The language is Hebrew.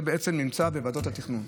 זה בעצם נמצא בוועדות התכנון.